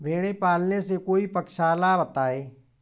भेड़े पालने से कोई पक्षाला बताएं?